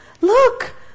Look